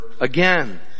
again